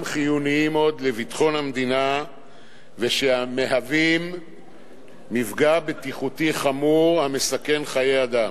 חיוניים עוד לביטחון המדינה ומהווים מפגע בטיחותי חמור המסכן חיי אדם.